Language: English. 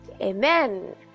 amen